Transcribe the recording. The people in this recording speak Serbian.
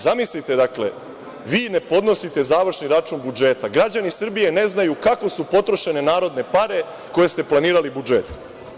Zamislite, dakle, vi ne podnosite završni račun budžeta. građani Srbije ne znaju kako su potrošene narodne pare koje ste planirali budžetu.